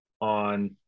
on